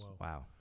Wow